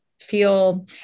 feel